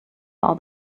all